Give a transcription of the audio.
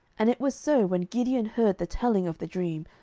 and it was so, when gideon heard the telling of the dream,